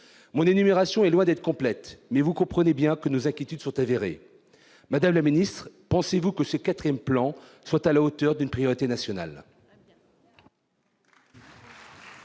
Mon énumération est loin d'être complète, mais vous comprenez bien que nos inquiétudes sont avérées. Madame la secrétaire d'État, pensez-vous que ce quatrième plan soit à la hauteur d'une priorité nationale ?